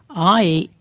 i. e.